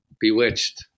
Bewitched